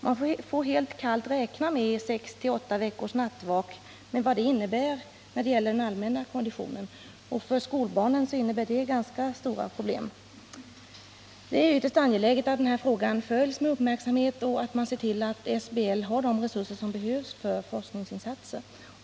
Man får helt kallt räkna med 6-8 veckors nattvak med vad det innebär när det gäller den allmänna konditionen. För skolbarnen innebär det ganska stora problem. Det är ytterst angeläget att den här frågan följs med uppmärksamhet och att man ser till att SBL har de resurser som behövs för forskningsinsatser.